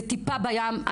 זה טיפה בים,